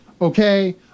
Okay